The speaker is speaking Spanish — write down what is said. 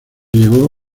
llegó